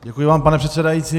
Děkuji vám, pane předsedající.